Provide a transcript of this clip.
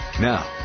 Now